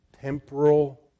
temporal